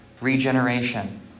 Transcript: regeneration